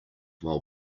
while